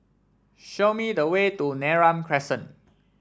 show me the way to Neram Crescent